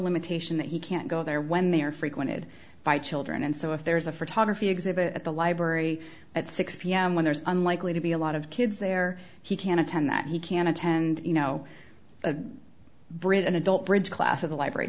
limitation that he can't go there when they are frequented by children and so if there is a photography exhibit at the library at six pm when there's unlikely to be a lot of kids there he can attend that he can attend you know a bridge an adult bridge class of the library